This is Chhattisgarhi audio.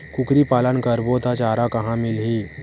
कुकरी पालन करबो त चारा कहां मिलही?